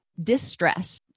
distress